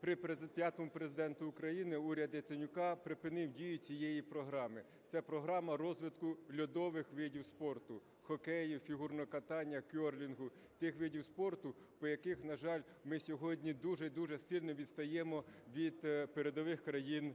при п'ятому Президенту України уряд Яценюка припинив дію цієї програми, це програма розвитку льодових видів спорту: хокею, фігурного катання, кьорлінгу - тих видів спорту, по яких, на жаль, ми сьогодні дуже і дуже сильно відстаємо від передових країн